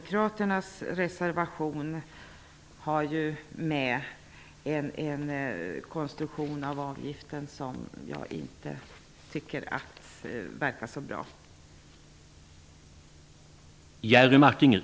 Inte heller konstruktionen på den avgift som det talas om i Socialdemokraternas reservation tycker jag verkar vara särskilt bra.